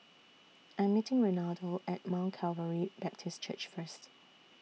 I Am meeting Renaldo At Mount Calvary Baptist Church First